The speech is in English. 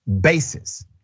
basis